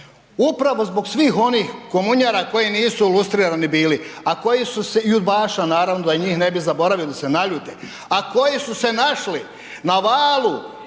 Upravo zbog svih onih komunjara koji nisu lustrirani bili, a koji su se, i udbaša